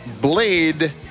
Blade